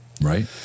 Right